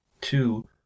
two